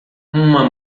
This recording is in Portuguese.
uma